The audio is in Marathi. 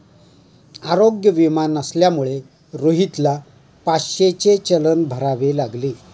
आरोग्य विमा नसल्यामुळे रोहितला पाचशेचे चलन भरावे लागले